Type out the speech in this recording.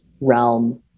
realm